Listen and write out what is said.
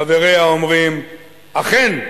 חבריה אומרים: אכן,